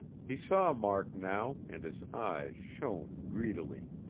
he saw mark now, and his eyes shone greedily.